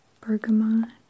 bergamot